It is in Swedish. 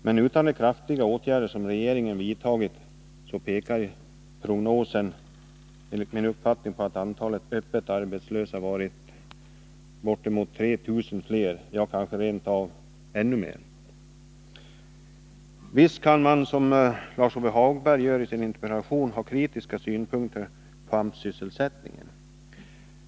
Men enligt min uppfattning pekar prognosen på att utan de kraftiga åtgärder som regeringen vidtagit hade antalet öppet arbetslösa varit större, med bortemot 3 000 fler arbetslösa, ja, kanske rent av ännu fler. Visst kan man, som Lars-Ove Hagberg gör i sin interpellation, ha kritiska synpunkter på ”AMS-sysselsättningen”.